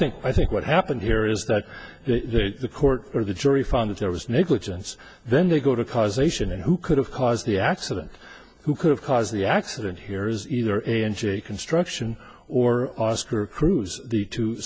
think i think what happened here is that the court or the jury found that there was negligence then they go to causation who could have caused the accident who could have caused the accident here is either a construction or oscar cruz the two